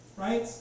Right